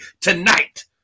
tonight